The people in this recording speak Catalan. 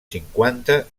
cinquanta